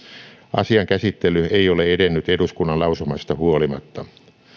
asian käsittely ei ole edennyt eduskunnan lausumasta huolimatta